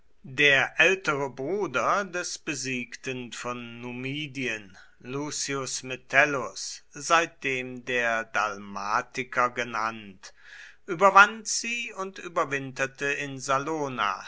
der ältere bruder des besiegten von numidien lucius metellus seitdem der dalmatiker genannt überwand sie und überwinterte in salona